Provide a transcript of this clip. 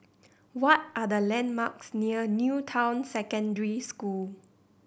what are the landmarks near New Town Secondary School